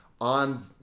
on